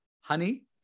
honey